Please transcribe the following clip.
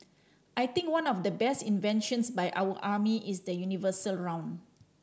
I think one of the best inventions by our army is the universal round